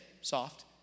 soft